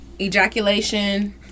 ejaculation